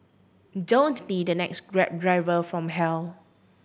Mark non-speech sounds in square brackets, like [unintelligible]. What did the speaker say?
don't be the next Grab [unintelligible] from hell